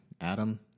Adam